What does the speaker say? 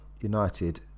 United